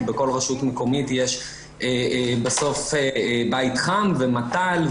כי בכל רשות מקומית יש בסוף בית חם ומתל,